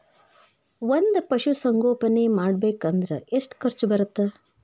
ಒಂದ್ ಪಶುಸಂಗೋಪನೆ ಮಾಡ್ಬೇಕ್ ಅಂದ್ರ ಎಷ್ಟ ಖರ್ಚ್ ಬರತ್ತ?